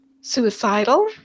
suicidal